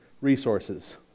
resources